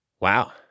Wow